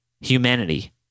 humanity